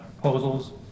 proposals